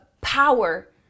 power